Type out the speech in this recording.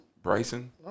Bryson